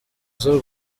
z’u